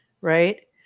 Right